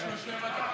יש לו שבע דקות.